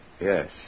Yes